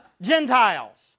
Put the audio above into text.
Gentiles